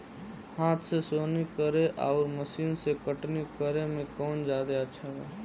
हाथ से सोहनी करे आउर मशीन से कटनी करे मे कौन जादे अच्छा बा?